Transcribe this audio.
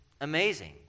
amazing